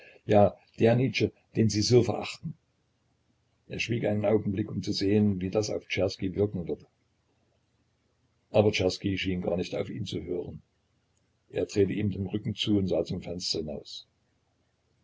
der nietzsche den sie so verachten er schwieg einen augenblick um zu sehen wie das auf czerski wirken würde aber czerski schien gar nicht auf ihn zu hören er drehte ihm den rücken und sah zum fenster hinaus